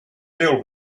deal